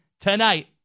tonight